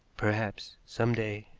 perhaps some day.